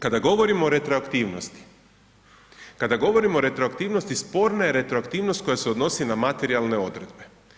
Kada govorimo retroaktivnosti, kada govorimo o retroaktivnosti sporna je retroaktivnost koja se odnosi na materijalne odredbe.